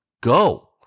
Go